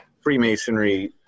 Freemasonry